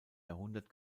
jahrhundert